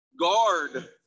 guard